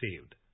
saved